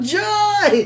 joy